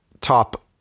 top